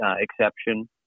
exception